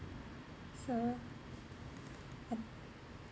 so I